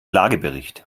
lagebericht